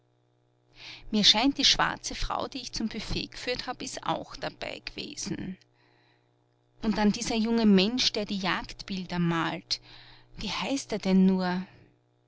mir scheint die schwarze frau die ich zum büfett geführt hab ist auch dabei gewesen und dann dieser junge mensch der die jagdbilder malt wie heißt er denn nur